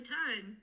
time